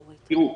תראו,